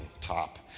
top